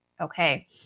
okay